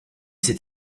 c’est